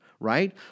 Right